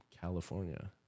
California